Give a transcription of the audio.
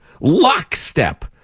lockstep